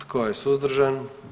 Tko je suzdržan?